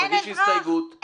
תגישי הסתייגות.